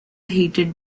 heated